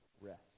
rest